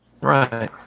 Right